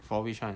for which one